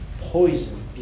poison